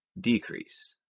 decrease